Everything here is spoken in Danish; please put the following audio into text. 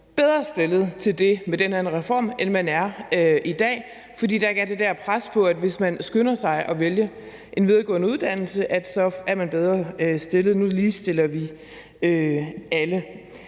bedre stillet til det med den her reform, end man er i dag, fordi der ikke er det der pres på, med hensyn til at hvis man skynder sig at vælge en videregående uddannelse, er man bedre stillet. Nu ligestiller vi alle.